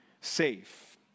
safe